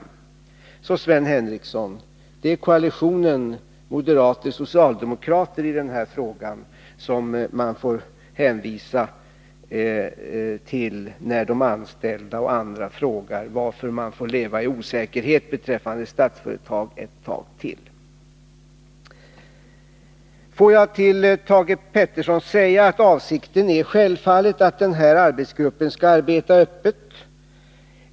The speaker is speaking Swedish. Det är alltså, Sven Henricsson, koalitionen socialdemokrater-moderater i denna fråga som man får hänvisa till, när de anställda och andra frågar varför de får leva i osäkerhet beträffande Statsföretag ännu ett tag. Får jag till Thage Peterson säga att avsikten självfallet är att den här arbetsgruppen skall arbeta öppet.